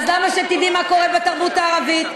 אז למה שתדעי מה קורה בתרבות הערבית?